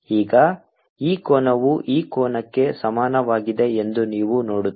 ಈಗ ಈ ಕೋನವು ಈ ಕೋನಕ್ಕೆ ಸಮಾನವಾಗಿದೆ ಎಂದು ನೀವು ನೋಡುತ್ತೀರಿ